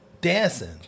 Dancing